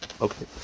Okay